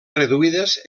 reduïdes